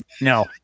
No